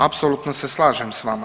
Apsolutno se slažem sa vama.